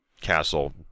castle